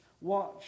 Watch